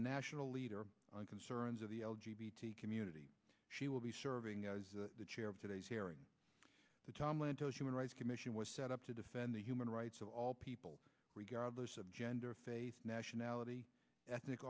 a national leader on concerns of the l g b t community she will be serving as the chair of today's hearing the tom lantos human rights commission was set up to defend the human rights of all people regardless of gender faith nationality ethnic